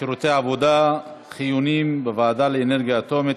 (שירותי עבודה חיוניים בוועדה לאנרגיה אטומית),